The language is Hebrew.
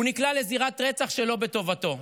נקלע לזירת רצח שלא בטובתו.